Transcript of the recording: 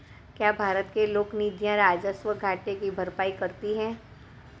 क्या भारत के लोक निधियां राजस्व घाटे की भरपाई करती हैं?